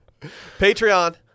Patreon